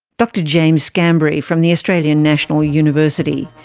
dr james scambary from the australian national university.